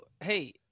Hey